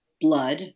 blood